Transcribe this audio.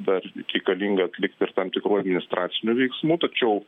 dar reikalinga atlikt ir tam tikrų administracinių veiksmų tačiau